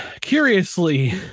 curiously